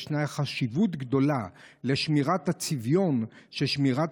ישנה חשיבות גדולה לשמירת הצביון של שמירת